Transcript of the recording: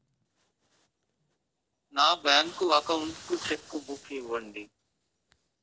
నా bank account కు cheque book ఇవ్వండి